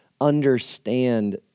understand